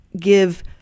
give